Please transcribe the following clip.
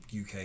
UK